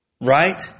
Right